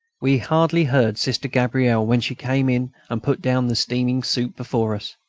we hardly heard sister gabrielle when she came in and put down the steaming soup before us.